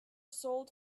sold